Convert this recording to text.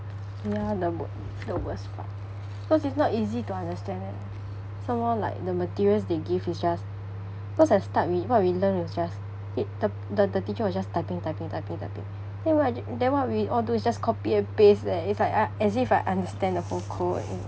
ya the b~ the worse part cause it's not easy to understand it some more like the materials they give is just cause I start with what we learn was just it the the the teacher was just typing typing typing typing then what I d~ then what we all do is just copy and paste leh if I as if I understand the whole code you know